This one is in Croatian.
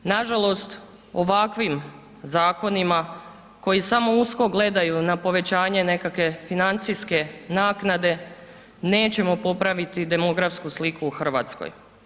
Nažalost, ovakvim zakonima koji samo usko gledaju na povećanje nekakve financijske naknade nećemo popraviti demografsku sliku u Hrvatskoj.